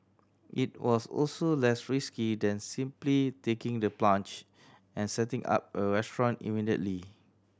it was also less risky than simply taking the plunge and setting up a restaurant immediately